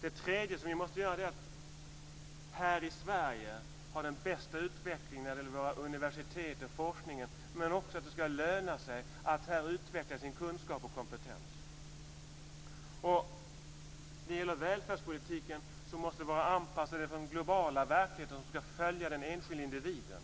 Det tredje som vi måste göra är att här i Sverige ha den bästa utvecklingen vad gäller våra universitet och forskningen. Men det måste också löna sig att här utveckla sin kunskap och kompetens. Det fjärde är att välfärdspolitiken måste vara anpassad till den globala verkligheten som ska följa den enskilde individen.